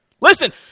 Listen